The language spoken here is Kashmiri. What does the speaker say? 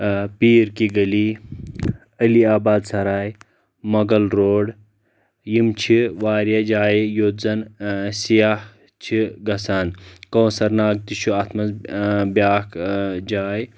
پیٖر کی گلی علی آباد سرٲے مغل روٗڈ یم چھِ واریاہ جاے یوٚت زَن سیاح چھِ گژھان کوثر ناگ تہِ چھِ اتھ منٛز بیاکھ جاے